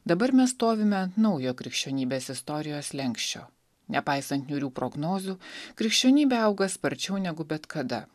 dabar mes stovime ant naujo krikščionybės istorijos slenksčio nepaisant niūrių prognozių krikščionybė auga sparčiau negu bet kada